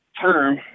term